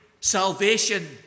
salvation